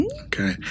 Okay